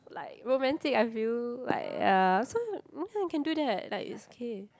like romantic I feel like ya so ya you can do that like it's okay